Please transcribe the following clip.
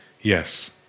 yes